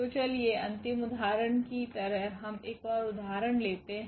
तो चलिए अंतिम उदाहरण की तरह हम एक ओर उदाहरण लेते हैं